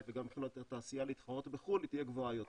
והיכולת של התעשייה להתחרות בחו"ל תהיה גבוהה יותר.